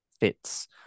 fits